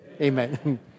amen